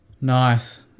Nice